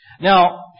Now